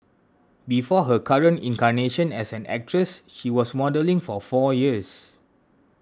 before her current incarnation as an actress she was modelling for four years